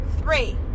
three